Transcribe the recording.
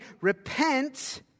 repent